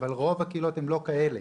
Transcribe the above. אבל רוב הקהילות הן לא כאלה.